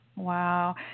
Wow